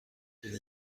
denn